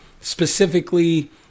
specifically